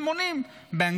והם עונים באנגלית,